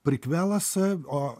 prikvelas a o